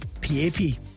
P-A-P